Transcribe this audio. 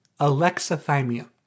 Alexithymia